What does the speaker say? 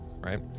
right